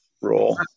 role